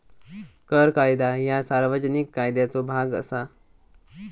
कर कायदा ह्या सार्वजनिक कायद्याचो भाग असा